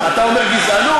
אתה אומר גזענות?